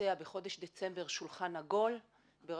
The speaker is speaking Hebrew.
להתבצע בחודש דצמבר שולחן עגול בעניין הזה,